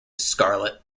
scarlet